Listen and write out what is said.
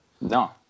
No